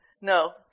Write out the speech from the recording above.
No